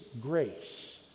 grace